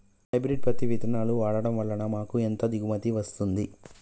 Hybrid పత్తి విత్తనాలు వాడడం వలన మాకు ఎంత దిగుమతి వస్తుంది?